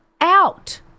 out